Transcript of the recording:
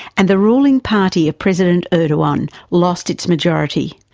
and the ruling party of president erdogan lost its majority,